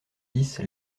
dix